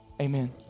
Amen